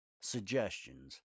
suggestions